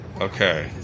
Okay